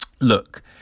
look